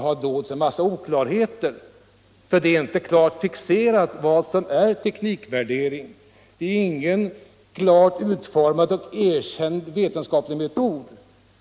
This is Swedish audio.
har dolts en mängd oklarheter. Det är nämligen inte klart fixerat vad som är teknikvärdering. Det är inte någon klart utformad och erkänd vetenskaplig metod.